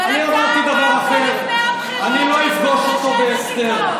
אני אמרתי דבר אחר: אני לא אפגוש אותו בהסתר.